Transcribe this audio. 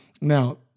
now